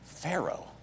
Pharaoh